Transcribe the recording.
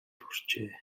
хүрчээ